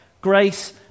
grace